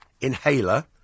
inhaler